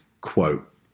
quote